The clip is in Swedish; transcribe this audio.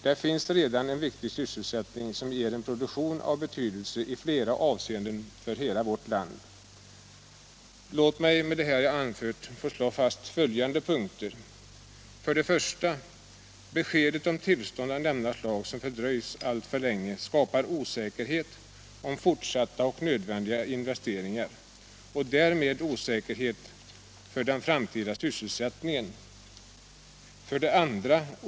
Där finns redan en viktig sysselsättning som ger en produktion av betydelse i flera avseenden för hela vårt land. Låt mig med det jag anfört slå fast följande: 1. Besked om tillstånd av nämnda slag som fördröjs alltför länge skapar osäkerhet om fortsatta och nödvändiga investeringar och därmed osäkerhet för den framtida sysselsättningen. 2.